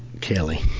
kelly